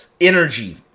energy